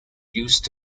used